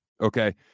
okay